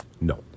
No